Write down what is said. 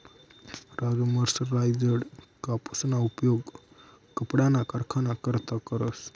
Raju mercerised कापूसना उपयोग कपडाना कारखाना करता करस